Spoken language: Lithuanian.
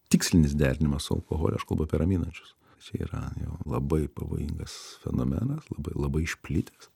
tikslinis derinimas su alkoholiu aš kalbu apie raminančius čia yra labai pavojingas fenomenas labai labai išplitęs